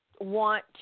want